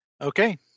Okay